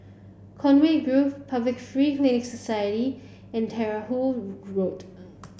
Conway Grove Public Free Clinic Society and Terahu Road